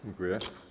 Dziękuję.